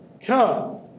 come